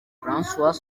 françois